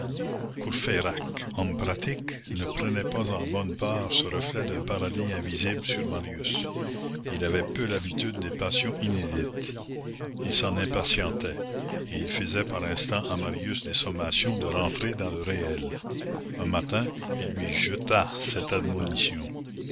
courfeyrac homme pratique ne prenait pas en bonne part ce reflet d'un paradis invisible sur marius il avait peu l'habitude des passions inédites il s'en impatientait et il faisait par instants à marius des sommations de rentrer dans le réel un matin il lui jeta cette